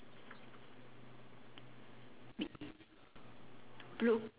blue